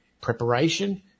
preparation